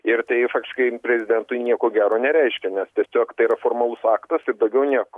ir tai faktiškai prezidentui nieko gero nereiškia nes tiesiog tai yra formalus aktas ir daugiau nieko